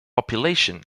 population